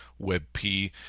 webp